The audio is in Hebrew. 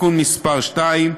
(תיקון מס' 2),